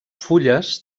fulles